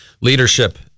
leadership